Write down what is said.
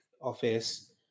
office